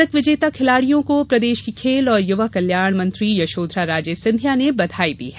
पदक विजेता खिलाड़ियों को प्रदेश की खेल और युवा कल्याण मंत्री यशोधरा राजे सिंधिया ने बघाई दी है